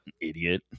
idiot